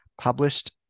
published